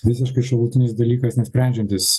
visiškai šalutinis dalykas nesprendžiantis